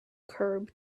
curb